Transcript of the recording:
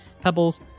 pebbles